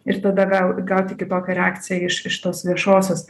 ir tada gal gauti kitokią reakciją iš iš tos viešosios